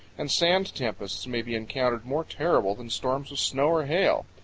and sand tempests may be encountered more terrible than storms of snow or hail.